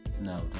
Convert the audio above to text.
no